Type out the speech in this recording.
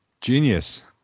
Genius